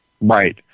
Right